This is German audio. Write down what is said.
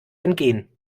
entgehen